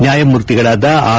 ನ್ಯಾಯಮೂರ್ತಿಗಳಾದ ಆರ್